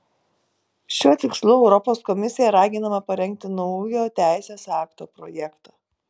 šiuo tikslu europos komisija raginama parengti naujo teisės akto projektą